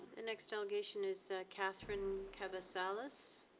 the next delegation is catherine kavassalis,